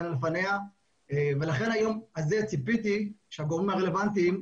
לפניה ולכן היום הזה ציפיתי שהגורמים הרלוונטיים,